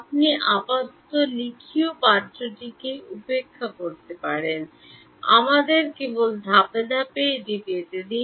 আপনি আপাতত লিখিত পাঠ্যটিকে উপেক্ষা করতে পারেন আমাদের কেবল ধাপে ধাপে এটি পেতে দিন